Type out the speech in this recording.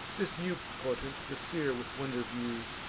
this new portent the seer with wonder views,